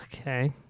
Okay